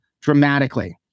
dramatically